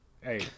Hey